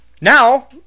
Now